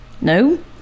No